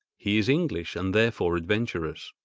he is english and therefore adventurous.